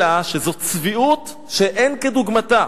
אלא שזאת צביעות שאין כדוגמתה.